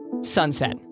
sunset